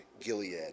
Gilead